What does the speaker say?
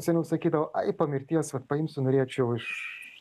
seniau sakydavo ai po mirties vat paimsiu norėčiau iš